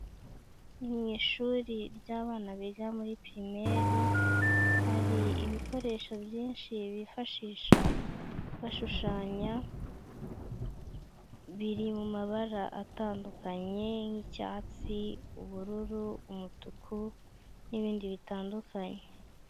Ni mu ishuri ry'abana biga muri pirimeri, hari ibikoresho byinshi bifashisha bashushanya biri mu mabara atandukanye nk'icyatsi, ubururu, umutuku n'ibindi bitandukanye.